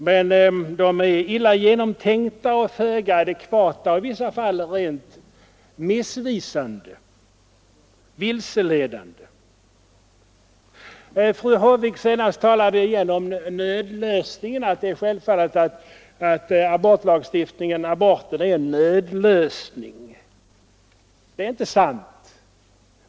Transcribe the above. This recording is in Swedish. Men de är illa genomtänkta, föga adekvata och i vissa fall rent missvisande och vilseledande. Fru Håvik talade nyss om att abort självfallet skall betraktas som en nödlösning. Det är inte sant.